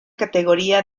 categoría